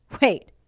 Wait